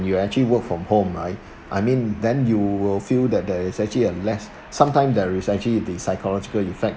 you actually work from home I I mean then you will feel that there is actually a less sometime there is actually the psychological effect